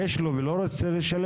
יש לו והוא לא רוצה לשלם,